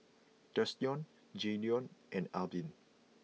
Thurston Jaydon and Albin